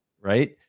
right